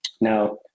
now